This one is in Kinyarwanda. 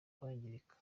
kwangirika